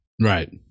Right